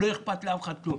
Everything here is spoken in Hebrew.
לא אכפת לאף אחד מכלום: